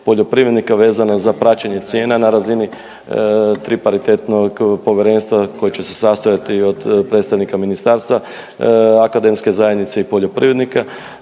poljoprivrednika vezano za praćenje cijena na razini triparitetnog povjerenstva koje će se sastojati od predstavnika ministarstva akademske zajednice i poljoprivrednika.